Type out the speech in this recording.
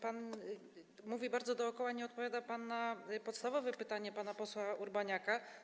Pan mówi bardzo dookoła, nie odpowiada pan na podstawowe pytanie pana posła Urbaniaka.